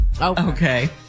Okay